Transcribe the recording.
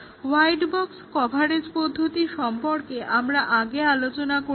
white box coverage পদ্ধতি সম্পর্কে আমরা আগে আলোচনা করেছি